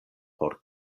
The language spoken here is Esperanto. por